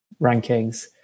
rankings